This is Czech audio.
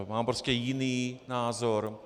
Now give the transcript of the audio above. Mám prostě jiný názor.